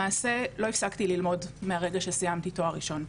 למעשה לא הפסקתי ללמוד מהרגע שסיימתי תואר ראשון.